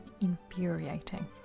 infuriating